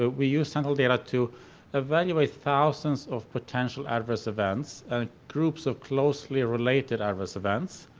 we use sentinel data to evaluate thousands of potential adverse events and groups of closely related adverse events.